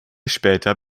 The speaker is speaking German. später